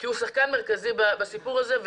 הוא שחקן מרכזי בסיפור הזה.